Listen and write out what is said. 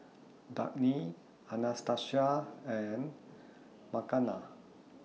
Dagny Anastasia and Makenna